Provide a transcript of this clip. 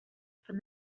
from